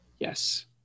Yes